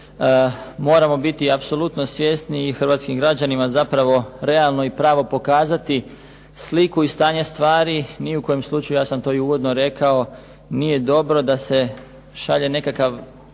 moramo biti apsolutno svjesni i hrvatskim građanima zapravo realno i pravo pokazati sliku i stanje stvari ni u kojem slučaju, ja sam to i uvodno rekao, nije dobro da se šalje nekakav